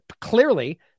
clearly